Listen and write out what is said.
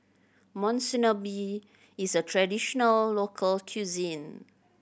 Monsunabe is a traditional local cuisine